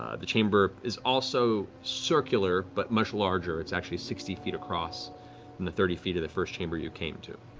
ah the chamber is also circular, but much larger, it's actually sixty feet across, from and the thirty feet of the first chamber you came to.